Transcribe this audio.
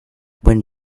when